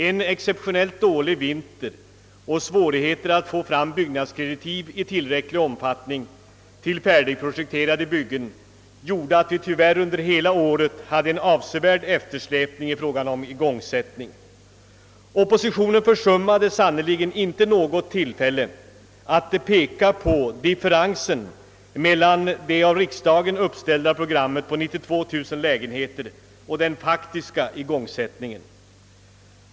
En exceptionellt dålig vinter och svårigheter att få fram byggnadskreditiv i tillräcklig omfattning till färdigprojekterade byggen gjorde att vi tyvärr under hela förra året hade en avsevärd eftersläpning i fråga om igångsättning. Oppositionen försummade sannerligen inte något tillfälle att peka på differensen mellan det av riksdagen uppställda programmet på 92000 lägenheter och den faktiska igångsättningen.